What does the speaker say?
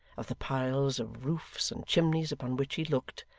of the piles of roofs and chimneys upon which he looked,